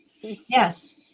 yes